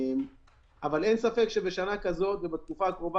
אבל אין ספק שבשנה כזאת ובתקופה הקרובה